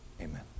Amen